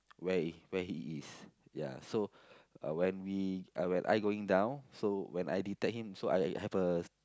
where he where he is ya so when we uh when I going down so when I detect him so I have a